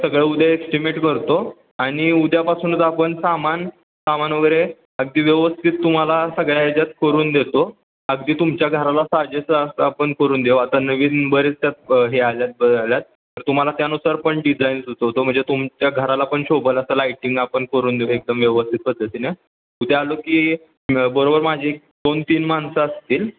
सगळं उद्या एस्टिमेट करतो आणि उद्यापासूनच आपण सामान सामान वगैरे अगदी व्यवस्थित तुम्हाला सगळ्या ह्याच्यात करून देतो अगदी तुमच्या घराला साजेसं असं आपण करून देऊ आता नवीन बरेच त्यात हे आल्यात बल्यात तुम्हाला त्यानुसार पण डिझाईन सुचवतो म्हणजे तुमच्या घराला पण शोभेल असं लाईटिंग आपण करून देऊ एकदम व्यवस्थित पद्धतीने उद्या आलो की बरोबर माझी दोन तीन माणसं असतील